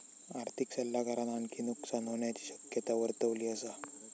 आर्थिक सल्लागारान आणखी नुकसान होण्याची शक्यता वर्तवली असा